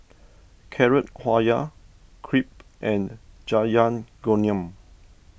Carrot Halwa Crepe and Jajangmyeon